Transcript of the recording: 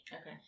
Okay